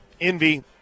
envy